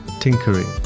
tinkering